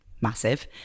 massive